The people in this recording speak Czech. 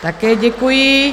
Také děkuji.